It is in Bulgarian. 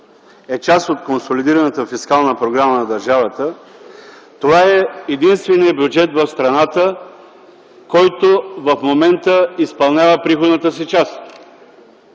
е част от консолидираната фискална програма на държавата, това е единственият бюджет в страната, който в момента изпълнява приходната си част.